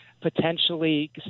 potentially